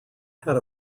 had